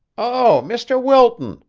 oh, mr. wilton,